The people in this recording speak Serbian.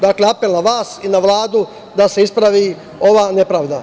Dakle, apel na vas i na Vladu da se ispravi ova nepravda.